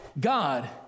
God